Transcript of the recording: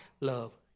love